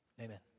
amen